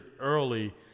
early